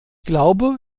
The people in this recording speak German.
glaube